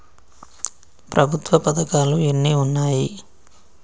ప్రభుత్వ పథకాలు ఎన్ని ఉన్నాయి?